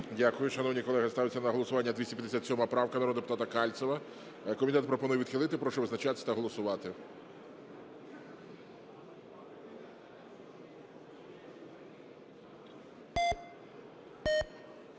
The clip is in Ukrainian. Дякую. Шановні колеги, ставиться на голосування 257 правка народного депутата Кальцева. Комітет пропонує її відхилити. Прошу визначатися та голосувати.